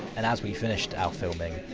and as we finished our filming,